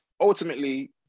ultimately